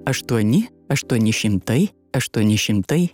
aštuoni aštuoni šimtai aštuoni šimtai